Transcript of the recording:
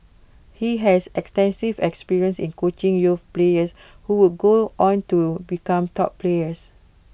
he has extensive experience in coaching youth players who would go on to become top players